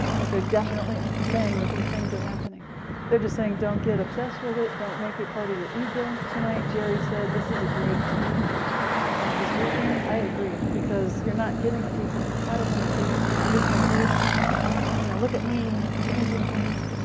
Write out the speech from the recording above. but they're definitely saying that these things are happening they're just saying, don't get obsessed with it. don't make it part of your ego. tonight jerry said this is a great team this weekend. i agree, because we're not getting people caught up in their ego, like look how great i am, or you know look at me, changing things.